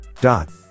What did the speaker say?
dot